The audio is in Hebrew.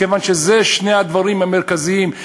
כיוון שאלה שני הדברים המרכזיים.